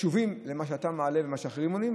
קשובים למה שאתה מעלה ולמה שאחרים מעלים,